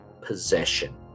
possession